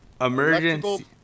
emergency